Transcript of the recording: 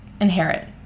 inherit